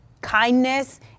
kindness